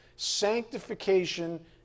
sanctification